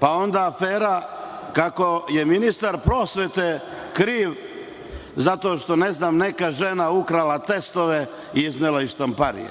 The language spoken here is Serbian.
Onda, afera kako je ministar prosvete kriv zato što je neka žena ukrala testove i iznela iz štamparije.